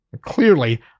clearly